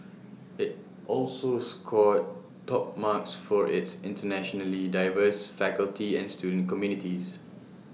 IT also scored top marks for its internationally diverse faculty and student communities